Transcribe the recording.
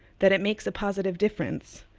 that it makes a positive difference,